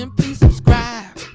and please subscribe.